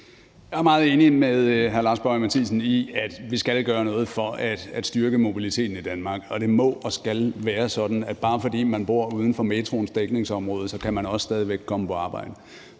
Jeg er meget enig med hr. Lars Boje Mathiesen i, at vi skal gøre noget for at styrke mobiliteten i Danmark, og at det må og skal være sådan, at man, selv om man bor uden for metroens dækningsområde, stadig væk kan komme på arbejde.